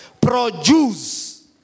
produce